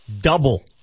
double